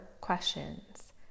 questions